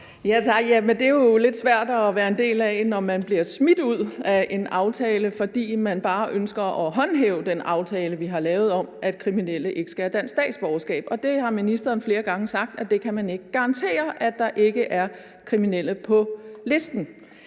det er jo lidt svært at være en del af, når man bliver smidt ud af en aftale, fordi man bare ønsker at håndhæve den aftale, vi har lavet, om, at kriminelle ikke skal have dansk statsborgerskab. Og der har ministeren flere gange sagt, at man ikke kan garantere, at der ikke er kriminelle på listen.